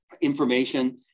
information